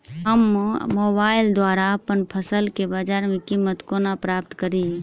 हम मोबाइल द्वारा अप्पन फसल केँ बजार कीमत कोना प्राप्त कड़ी?